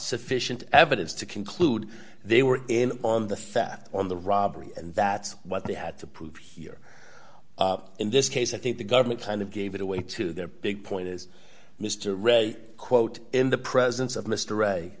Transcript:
sufficient evidence to conclude they were in on the threat on the robbery and that's what they had to prove here in this case i think the government kind of gave it away to their big point is mr ray quote in the presence of mr ray